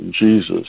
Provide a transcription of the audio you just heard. Jesus